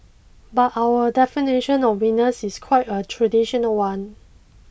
but our definition of winners is quite a traditional one